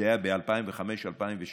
זה היה ב-2005, 2006,